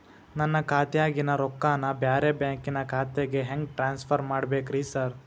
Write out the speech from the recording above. ನನ್ನ ಖಾತ್ಯಾಗಿನ ರೊಕ್ಕಾನ ಬ್ಯಾರೆ ಬ್ಯಾಂಕಿನ ಖಾತೆಗೆ ಹೆಂಗ್ ಟ್ರಾನ್ಸ್ ಪರ್ ಮಾಡ್ಬೇಕ್ರಿ ಸಾರ್?